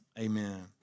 amen